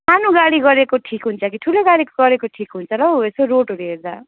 सानो गाडी गरेको ठिक हुन्छ कि ठुलो गाडी गरेको ठिक हुन्छ होला हौ यसो रोडहरू हेर्दा